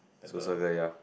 so Sophia ya